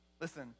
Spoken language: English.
Listen